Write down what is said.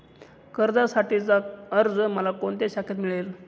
कर्जासाठीचा अर्ज मला कोणत्या शाखेत मिळेल?